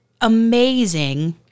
amazing